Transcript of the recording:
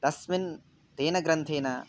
तस्मिन् तेन ग्रन्थेन